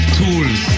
tools